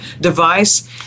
device